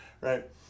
right